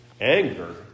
anger